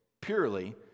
purely